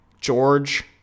George